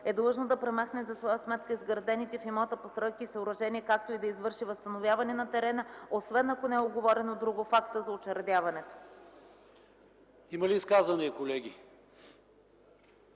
е длъжно да премахне за своя сметка изградените в имота постройки и съоръжения, както и да извърши възстановяване на терена, освен ако не е уговорено друго в акта за учредяването.” ПРЕДСЕДАТЕЛ ПАВЕЛ